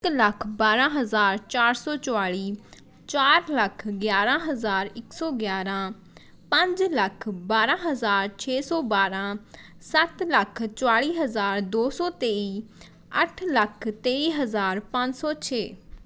ਇਕ ਲੱਖ ਬਾਰ੍ਹਾਂ ਹਜ਼ਾਰ ਚਾਰ ਸੌ ਚੁਆਲ਼ੀ ਚਾਰ ਲੱਖ ਗਿਆਰ੍ਹਾਂ ਹਜ਼ਾਰ ਇੱਕ ਸੌ ਗਿਆਰ੍ਹਾਂ ਪੰਜ ਲੱਖ ਬਾਰ੍ਹਾਂ ਹਜ਼ਾਰ ਛੇ ਸੌ ਬਾਰ੍ਹਾਂ ਸੱਤ ਲੱਖ ਚੁਆਲ਼ੀ ਹਜ਼ਾਰ ਦੋ ਸੌ ਤੇਈ ਅੱਠ ਲੱਖ ਤੇਈ ਹਜ਼ਾਰ ਪੰਜ ਸੌ ਛੇ